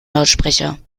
lautsprecher